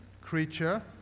creature